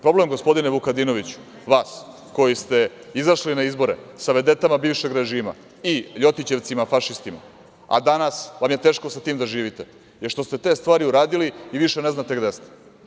Problem, gospodine Vukadinoviću, vas koji ste izašli na izbore sa vedetama bivšeg režima i Ljotićevcima, fašistima, a danas vam je teško sa tim da živite, je što ste te stvari uradili i više ne znate gde ste.